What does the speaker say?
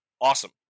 awesome